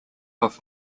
off